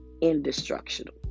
indestructible